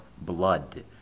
blood